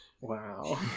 Wow